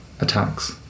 attacks